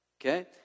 Okay